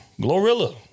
Glorilla